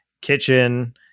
kitchen